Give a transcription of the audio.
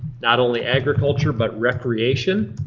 not only agriculture but recreation,